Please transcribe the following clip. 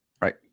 Right